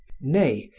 nay,